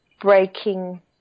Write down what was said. breaking